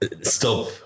Stop